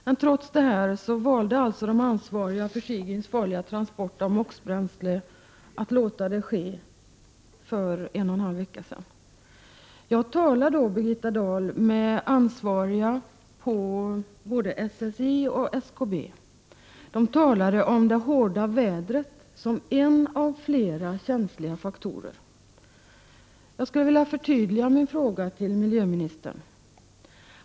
Men trots det — de de som var ansvariga för Sigyns farliga transport av MOX-bränsle att låta Sigyn segla för en och en halv vecka sedan. Jag talade då, Birgitta Dahl, 1.. d ansvariga på både SSI och SKB. De talade om det hårda vädret som en av flera känsliga faktorer. Jag skulle vilja förtydliga min fråga till miljöministern.